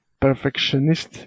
perfectionist